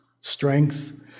strength